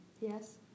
Yes